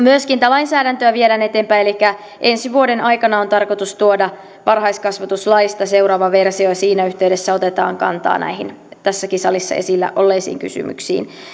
myöskin tätä lainsäädäntöä viedään eteenpäin elikkä ensi vuoden aikana on tarkoitus tuoda varhaiskasvatuslaista seuraava versio ja siinä yhteydessä otetaan kantaa näihin tässäkin salissa esillä olleisiin kysymyksiin